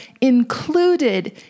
included